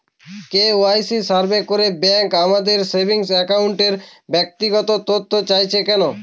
KYC survey করে bank আমাদের saving অ্যাকাউন্টের ব্যক্তিগত তথ্য চাইছে কেন?